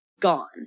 gone